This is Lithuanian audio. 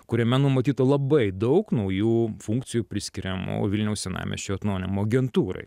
kuriame numatyta labai daug naujų funkcijų priskiriamų vilniaus senamiesčio atnaujinimo agentūrai